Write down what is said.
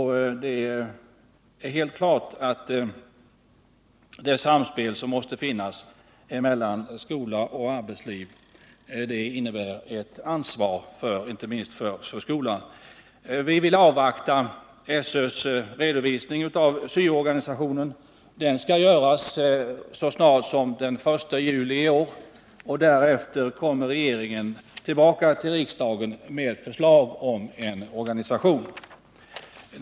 Det är helt klart att det samspel som måste finnas mellan skola och arbetsliv innebär ett ansvar inte minst för skolan. Utskottsmajoriteten vill avvakta SÖ:s redovisning av den nya syoorganisationen. Den skall vara färdig så snart som den 1 juli i år, och därefter kommer regeringen tillbaka till riksdagen med förslag till organisation.